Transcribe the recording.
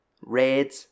Red